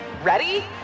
Ready